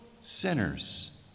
sinners